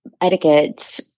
etiquette